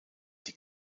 die